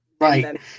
Right